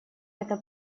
это